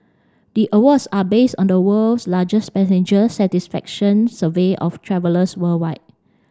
the awards are based on the world's largest passenger satisfaction survey of travellers worldwide